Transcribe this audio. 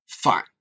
fine